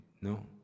No